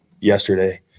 yesterday